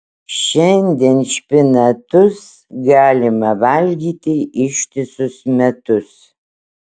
šiandien špinatus galima valgyti ištisus metus